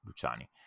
Luciani